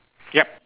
yup